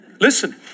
Listen